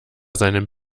seinem